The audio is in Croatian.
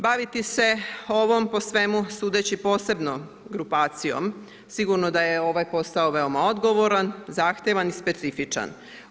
Baviti se ovom, po svemu sudeći posebnom grupacijom, sigurno da je ovaj posao veoma odgovoran, zahtjevan i specifična.